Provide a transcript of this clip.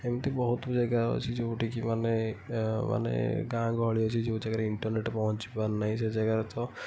ଏମିତି ବହୁତ ଜାଗା ଅଛି ଯେଉଁଠିକି ମାନେ ମାନେ ଗାଁ ଗହଳି ଅଛି ଯୋଉ ଜାଗାରେ ଇଣ୍ଟରନେଟ୍ ପହଞ୍ଚି ପାରୁନାହିଁ ସେ ଜାଗାରେ ତ